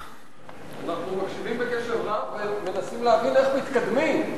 אנחנו מקשיבים בקשב רב ומנסים להבין איך מתקדמים.